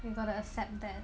you got to accept that